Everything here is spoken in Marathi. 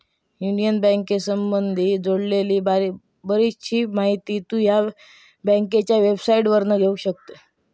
युनियन बँकेसंबधी जोडलेली बरीचशी माहिती तु ह्या बँकेच्या वेबसाईटवरना पण घेउ शकतस